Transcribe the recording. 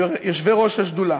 יושבי-ראש השדולה,